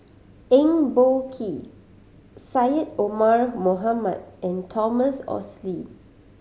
Eng Boh Kee Syed Omar Mohamed and Thomas Oxley